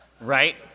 right